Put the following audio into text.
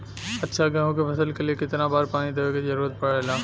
अच्छा गेहूँ क फसल के लिए कितना बार पानी देवे क जरूरत पड़ेला?